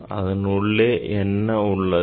அதன் உள்ளே என்ன உள்ளது